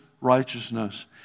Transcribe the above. righteousness